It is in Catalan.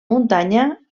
muntanya